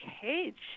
cage